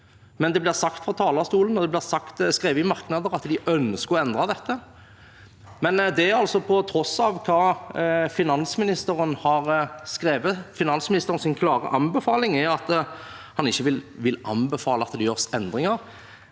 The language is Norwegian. men det blir sagt fra talerstolen og det blir skrevet i merknader at man ønsker å endre dette. Det er på tross av hva finansministeren har skrevet. Finansministerens klare anbefaling er at han ikke vil anbefale at det gjøres endringer,